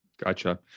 Gotcha